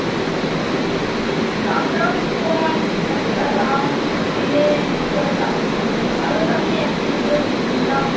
দামটাও একটু কমান এতটা দাম নিলে কি করে পারি বলুন তো তাহলে তো আমি এক কেজি করে দুধ নিতাম